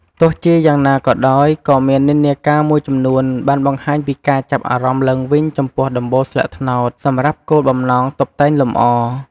ទោះជាយ៉ាងណាក៏ដោយ ក៏មាននិន្នាការមួយចំនួនបានបង្ហាញពីការចាប់អារម្មណ៍ឡើងវិញចំពោះដំបូលស្លឹកត្នោតសម្រាប់គោលបំណងតុបតែងលម្អ។